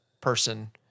person